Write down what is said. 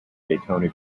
daytona